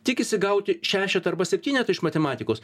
tikisi gauti šešetą arba septynetą iš matematikos